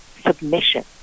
submission